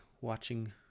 watching